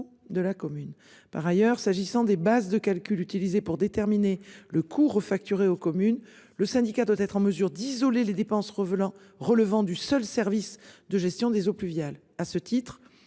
de la commune. Par ailleurs s'agissant des bases de calcul utilisées pour déterminer le coût refacturée aux communes le syndicat doit être en mesure d'isoler les dépenses Revlon relevant du seul service de gestion des eaux pluviales à ce titre